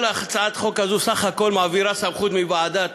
כל הצעת החוק הזאת, בסך הכול מעבירה סמכות מוועדת